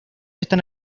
están